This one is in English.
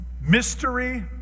mystery